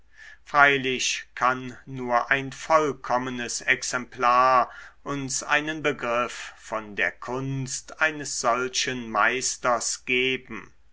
freilich kann nur ein vollkommenes exemplar uns einen begriff von der kunst eines solchen meisters geben